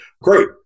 Great